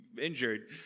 injured